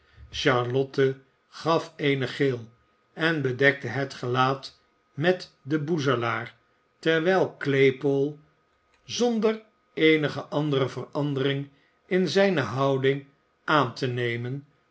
charlotte gaf eene gil en bedekte het gelaat met den boezelaar terwijl claypole zonder eenige andere verandering in zijne houding aan te nemen